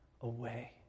away